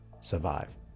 survive